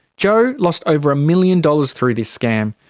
joe lost over a million dollars through this scam.